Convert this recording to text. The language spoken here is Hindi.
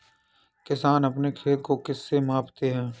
किसान अपने खेत को किससे मापते हैं?